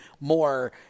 more